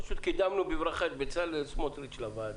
אנחנו מקדמים בברכה את בצלאל סמוטריץ' לוועדה.